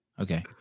Okay